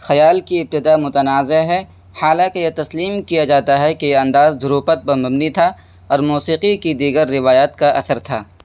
خیال کی ابتدا متنازع ہے حالانکہ یہ تسلیم کیا جاتا ہے کہ یہ انداز دھروپد پر مبنی تھا اور موسیقی کی دیگر روایات کا اثر تھا